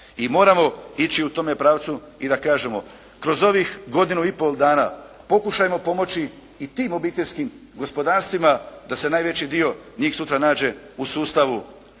i moramo ići u tome pravcu. I da kažemo, kroz ovih godinu i pol dana, pokušajmo pomoći i tim obiteljskim gospodarstvima da se najveći dio njih sutra nađe u sustavu